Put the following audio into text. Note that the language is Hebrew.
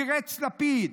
תירץ לפיד.